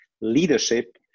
leadership